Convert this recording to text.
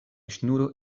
ŝnuro